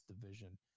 division